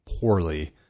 poorly